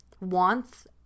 wants